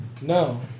No